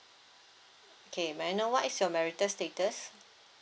okay may I know what is your marital status